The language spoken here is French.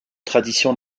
tradition